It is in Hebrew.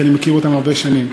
כי אני מכיר אותם הרבה שנים.